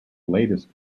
latest